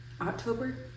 October